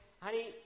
Honey